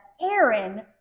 aaron